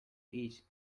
eat